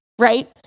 right